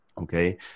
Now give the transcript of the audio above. Okay